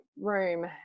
room